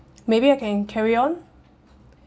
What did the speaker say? maybe I can carry on